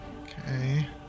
Okay